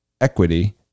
Equity